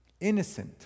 Innocent